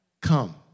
come